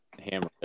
Hammer